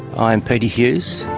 i'm peter hughes.